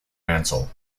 mantle